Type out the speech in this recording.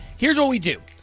here's what we do.